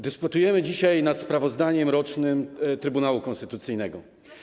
Dyskutujemy dzisiaj nad sprawozdaniem rocznym Trybunału Konstytucyjnego.